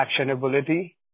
actionability